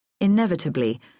Inevitably